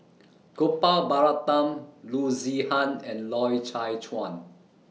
Gopal Baratham Loo Zihan and Loy Chye Chuan